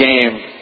game